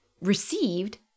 received